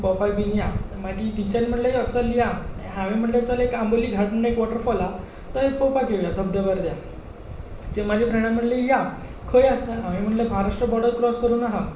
मागीर टीचर म्हणलें यो चल या हांवें म्हणलें चल एक आंबोली घाट म्होण एक वॉटरफोल आहा तो पळोवपाक घेवया धबधब्यार त्या माज्या फ्रेंडान म्हणलें या खंय आसा हांवें म्हणलें म्हाराष्ट्र बोर्डर क्रॉस करून आहा